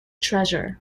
treasure